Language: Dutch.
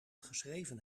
geschreven